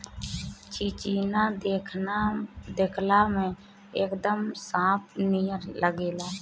चिचिना देखला में एकदम सांप नियर लागेला